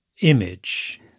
image